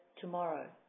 tomorrow